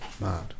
Mad